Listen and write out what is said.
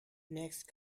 next